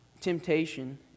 temptation